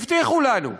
הבטיחו לנו,